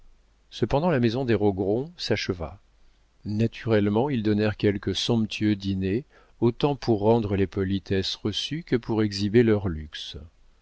cependant la maison des rogron s'acheva naturellement ils donnèrent quelques somptueux dîners autant pour rendre les politesses reçues que pour exhiber leur luxe